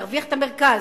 תרוויח את המרכז,